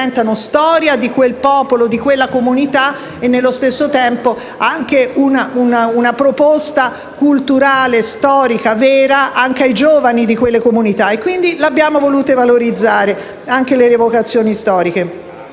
storia di quel popolo e di quella comunità e, allo stesso tempo, sono anche una proposta culturale e storica vera anche per i giovani di quelle comunità. Per questi motivi abbiamo voluto valorizzare anche le rievocazioni storiche.